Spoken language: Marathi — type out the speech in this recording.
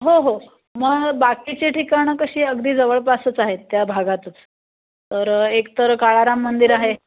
हो हो मग बाकीचे ठिकाणं कशी अगदी जवळपासच आहेत त्या भागातच तर एक तर काळाराम मंदिर आहे